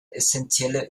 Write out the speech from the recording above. essentielle